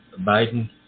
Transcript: Biden